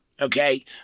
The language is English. okay